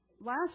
last